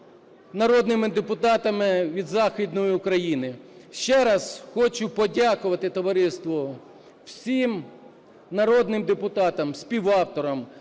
народними депутатами від Західної України. Ще раз хочу подякувати товариству, всім народним депутатам, співавторам.